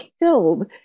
killed